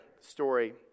story